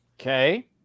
Okay